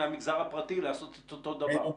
ממגזר הפרטי לעשות את אותו דבר.